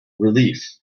relief